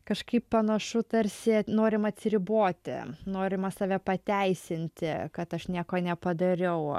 kažkaip panašu tarsi norima atsiriboti norima save pateisinti kad aš nieko nepadariau